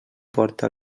porta